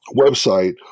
website